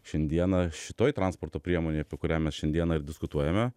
šiandieną šitoj transporto priemonėj apie kurią mes šiandieną ir diskutuojame